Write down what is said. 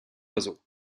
oiseaux